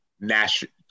national